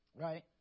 Right